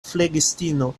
flegistino